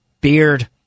beard